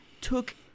took